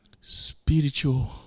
Spiritual